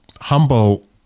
humble